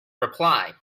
reply